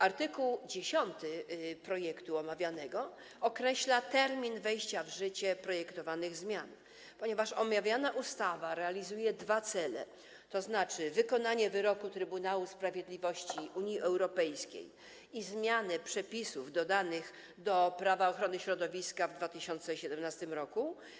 Art. 10 omawianego projektu określa termin wejścia w życie projektowanych zmian, ponieważ omawiana ustawa realizuje dwa cele, tzn. wykonanie wyroku Trybunału Sprawiedliwości Unii Europejskiej i zmianę przepisów dodanych do Prawa ochrony środowiska w 2017 r.